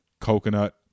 coconut